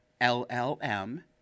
LLM